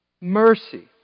mercy